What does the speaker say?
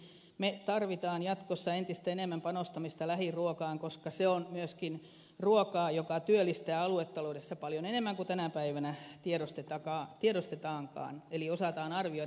me tarvitsemme jatkossa entistä enemmän panostamista lähiruokaan koska se on myöskin ruokaa joka työllistää aluetaloudessa paljon enemmän kuin tänä päivänä tiedostetaankaan tai osataan arvioida